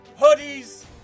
hoodies